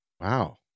Wow